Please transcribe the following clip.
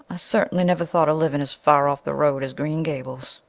i certainly never thought of living as far off the road as green gables,